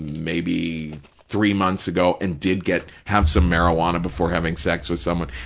maybe three months ago and did get, have some marijuana before having sex with someone,